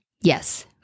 Yes